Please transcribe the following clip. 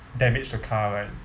damage the car right